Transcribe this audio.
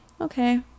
okay